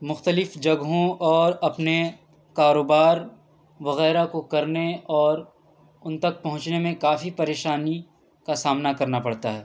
مختلف جگہوں اور اپنے کاروبار وغیرہ کو کرنے اور ان تک پہنچنے میں کافی پریشانی کا سامنا کرنا پڑتا ہے